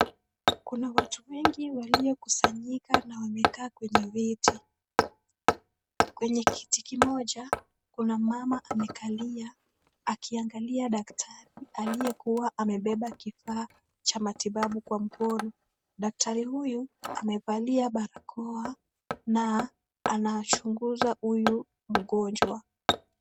Kuna watu wengi waliokusanyika na wamekaa kwenye viti. Kwenye kiti kimoja, kuna mama amekalia, akiangalia daktari aliyekuwa amebeba kifaa cha matibabu kwa mkono. Daktari huyu amevalia barakoa, na anachunguza huyu mgonjwa.